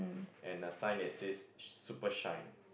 and a sign is it super shine